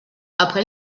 après